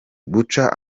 guca